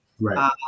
Right